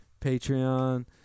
Patreon